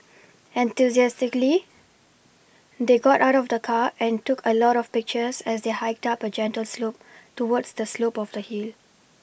enthusiastically they got out of the car and took a lot of pictures as they hiked up a gentle slope towards the slope of the hill